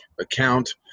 account